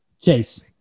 Chase